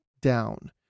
down